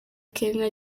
kenya